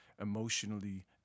emotionally